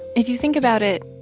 if you think about it,